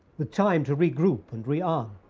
with time to regroup and rearm.